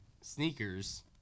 sneakers